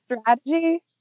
strategy